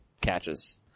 catches